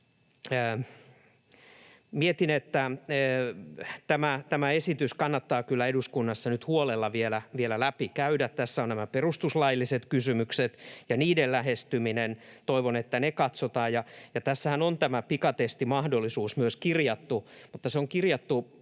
Mietin, että tämä esitys kannattaa kyllä eduskunnassa nyt huolella vielä läpikäydä. Tässä ovat nämä perustuslailliset kysymykset ja niiden lähestyminen. Toivon, että ne katsotaan. Tässähän on myös tämä pikatestimahdollisuus kirjattu, mutta se on kirjattu